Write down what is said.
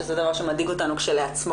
שזה דבר שמדאיג אותנו כשלעצמו,